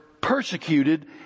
persecuted